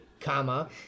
comma